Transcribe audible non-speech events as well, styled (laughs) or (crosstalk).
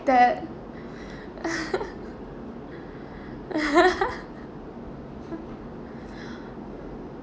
that (laughs)